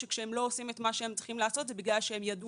שכאשר הם לא עושים את מה שהם צריכים לעשות זה בגלל שהם ידעו